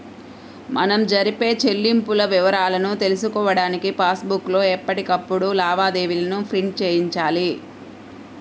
మనం జరిపే చెల్లింపుల వివరాలను తెలుసుకోడానికి పాస్ బుక్ లో ఎప్పటికప్పుడు లావాదేవీలను ప్రింట్ చేయించాలి